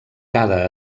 cada